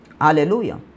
Hallelujah